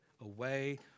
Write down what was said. away